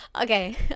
okay